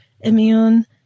immune